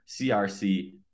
CRC